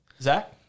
Zach